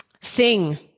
Sing